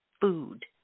food